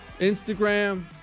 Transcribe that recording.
Instagram